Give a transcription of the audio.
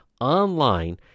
online